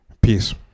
Peace